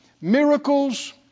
Miracles